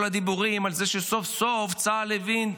כל הדיבורים על זה שסוף-סוף צה"ל הבין,